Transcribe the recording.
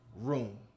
room